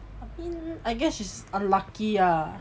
I mean I guess she's unlucky ah